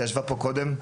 שישבה פה קודם.